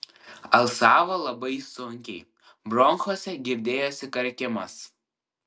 alsavo labai sunkiai bronchuose girdėjosi karkimas